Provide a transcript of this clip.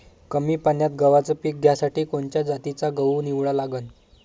कमी पान्यात गव्हाचं पीक घ्यासाठी कोनच्या जातीचा गहू निवडा लागन?